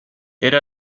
era